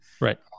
Right